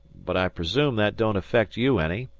but i presume that don't affect you any.